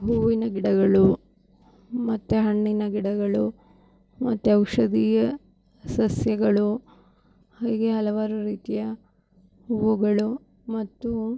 ಹೂವಿನ ಗಿಡಗಳು ಮತ್ತೆ ಹಣ್ಣಿನ ಗಿಡಗಳು ಮತ್ತೆ ಔಷಧೀಯ ಸಸ್ಯಗಳು ಹೀಗೆ ಹಲವಾರು ರೀತಿಯ ಹೂವುಗಳು ಮತ್ತು